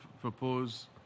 propose